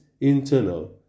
internal